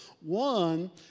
One